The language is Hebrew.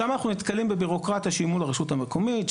שם אנחנו נתקלים בבירוקרטיה שהיא מול הרשות המקומית,